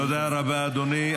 תודה רבה, אדוני.